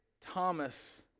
Thomas